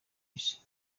isi